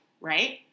right